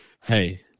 Hey